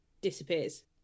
disappears